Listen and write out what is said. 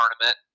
tournament